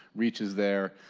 reach is there,